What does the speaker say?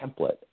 template